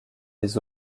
des